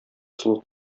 сылу